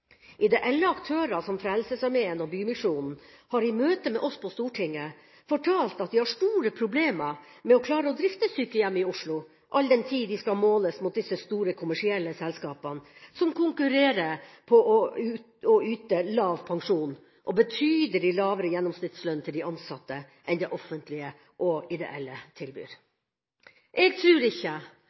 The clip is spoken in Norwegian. Ideelle aktører som Frelsesarmeen og Bymisjonen har i møte med oss på Stortinget fortalt at de har store problemer med å klare å drifte sykehjem i Oslo, all den tid de skal måles mot disse store, kommersielle selskapene, som konkurrerer på å yte lav pensjon og betydelig lavere gjennomsnittslønn til de ansatte enn det offentlige og ideelle tilbyr. Jeg tror ikke